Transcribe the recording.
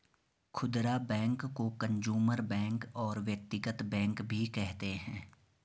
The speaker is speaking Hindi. खुदरा बैंक को कंजूमर बैंक और व्यक्तिगत बैंक भी कहते हैं